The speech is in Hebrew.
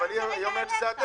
אבל היא אומרת שזה אתם.